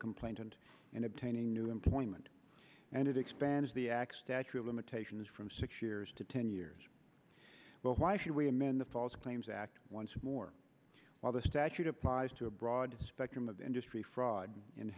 complaint and in obtaining new employment and it expands the act statute of limitations from six years to ten years well why should we amend the false claims act once more while the statute applies to a broad spectrum of industry fraud